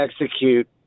execute